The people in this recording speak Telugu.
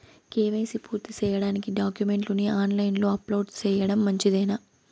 కే.వై.సి పూర్తి సేయడానికి డాక్యుమెంట్లు ని ఆన్ లైను లో అప్లోడ్ సేయడం మంచిదేనా?